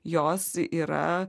jos yra